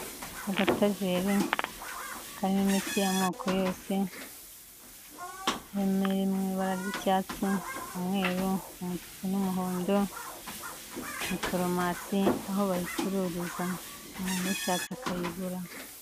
Agatajeri karimo imiti y'amoko yose, harimo iri mu ibara ry'icyatsi, umweru, umutuku n'umuhondo, ni foromasi aho bayicururiza, umuntu uyishatse akayigura.